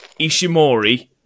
Ishimori